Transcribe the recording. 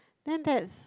then that's